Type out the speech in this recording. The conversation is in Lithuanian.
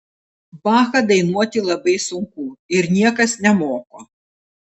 bachą dainuoti labai sunku ir niekas nemoko